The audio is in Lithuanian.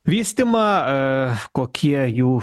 vystymą kokie jų